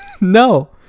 No